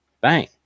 Bang